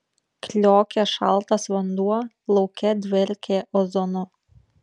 kliokė šaltas vanduo lauke dvelkė ozonu